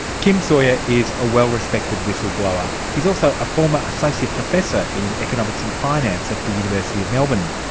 kim sawyer is a well-respected whistleblower. he's also a former associate professor in economics and finance at the university of melbourne.